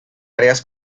áreas